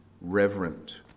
reverent